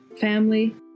family